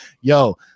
Yo